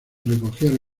recogieron